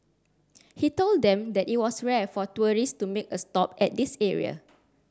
he told them that it was rare for tourists to make a stop at this area